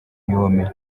guillaume